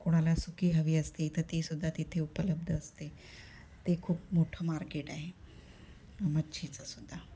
कोणाला सुकी हवी असते तर ती सुद्धा तिथे उपलब्ध असते ते खूप मोठं मार्केट आहे मच्छीचं सुद्धा